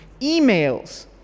emails